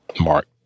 Mark